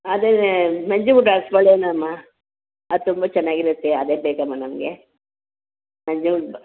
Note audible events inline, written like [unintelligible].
ಅದೇ ನಂಜನ್ಗೂಡ್ ರಸಬಾಳೆನಮ್ಮ ಅದು ತುಂಬ ಚೆನ್ನಾಗಿರುತ್ತೆ ಅದೇ ಬೇಕಮ್ಮ ನಮಗೆ [unintelligible]